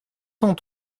cent